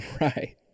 Right